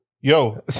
yo